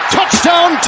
Touchdown